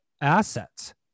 assets